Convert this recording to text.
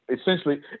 Essentially